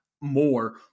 more